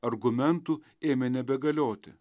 argumentų ėmė nebegalioti